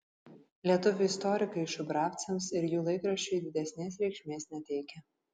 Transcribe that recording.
lietuvių istorikai šubravcams ir jų laikraščiui didesnės reikšmės neteikia